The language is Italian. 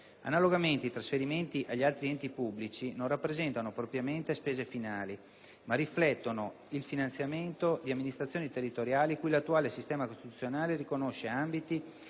Analogamente i trasferimenti agli altri enti pubblici non rappresentano propriamente spese finali ma riflettono il finanziamento di amministrazioni territoriali cui l'attuale sistema costituzionale riconosce ambiti